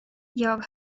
jag